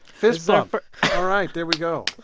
fist pump all right. there we go.